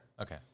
Okay